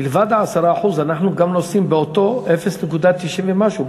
מלבד 10% אנחנו גם נושאים באותם 0.90 ומשהו.